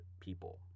people